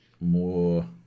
more